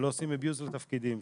שלא עושים אביוז לתפקידים,